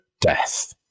death